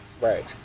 Right